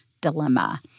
dilemma